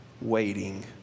waiting